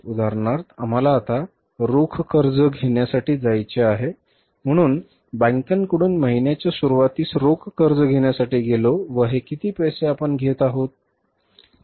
उदाहरणार्थ आम्हाला आता रोख कर्ज घेण्यासाठी जायचे होते म्हणून बँकांकडून महिन्याच्या सुरूवातीस रोख कर्ज घेण्यासाठी गेलो व हे किती पैसे आपण घेत आहोत